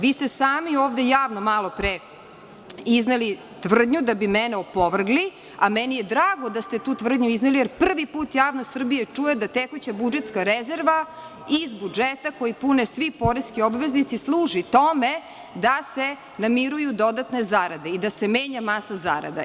Vi ste sami ovde javno malopre izneli tvrdnju da bi mene opovrgli, a meni je drago da ste tu tvrdnju izneli jer prvi put javnost Srbije čuje da tekuća budžetska rezerva iz budžeta koji pune svi poreski obveznici služi tome da se namiruju dodatne zarade i da se menja masa zarada.